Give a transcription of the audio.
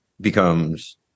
becomes